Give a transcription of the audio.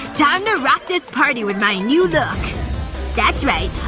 time to rock this party with my new look that's right.